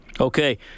Okay